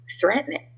threatening